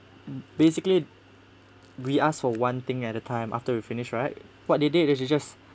basically we asked for one thing at the time after we finish right what they did is they just